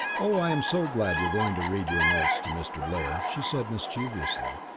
oh, i'm so glad you're going to read your notes to mr. blair, she said, mischievously.